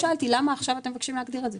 למה עכשיו אתם מבקשים להגדיר את זה?